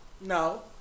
No